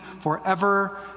forever